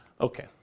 Okay